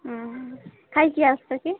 ହୁଁ ଖାଇକି ଆସିଛ କି